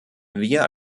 wir